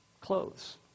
Clothes